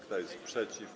Kto jest przeciw?